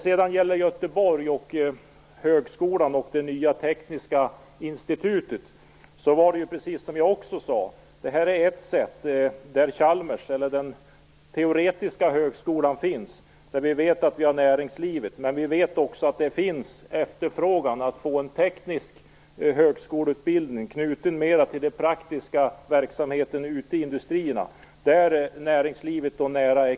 Sedan gällde det Göteborg och det nya tekniska institutet. Den teoretiska högskolan finns där, och vi vet att vi har näringslivet där. Men vi vet också att det finns efterfrågan på en teknisk högskoleutbildning som är mer knuten till den praktiska verksamheten ute i industrierna och näringslivet.